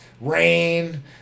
rain